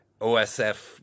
OSF